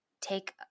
take